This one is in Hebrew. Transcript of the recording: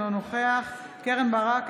אינו נוכח קרן ברק,